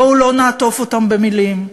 בואו לא נעטוף אותן במילים.